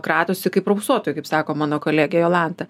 kratosi kaip raupsuotųjų kaip sako mano kolegė jolanta